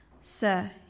Sir